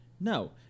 No